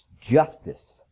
justice